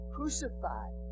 Crucified